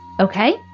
Okay